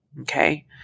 okay